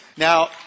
Now